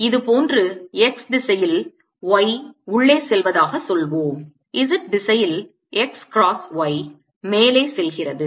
இது போன்று x திசையில் y உள்ளே செல்வதாகச் சொல்வோம் z திசையில் x cross y மேலே செல்கிறது